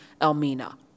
Elmina